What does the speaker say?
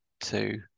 two